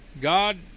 God